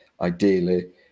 ideally